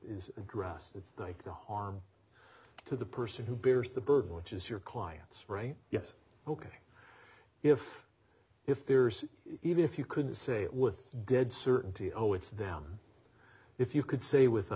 is addressed it's like the harm to the person who bears the burden which is your client's right yes ok if if there's even if you could say it with dead certainty oh it's them if you could say w